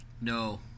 No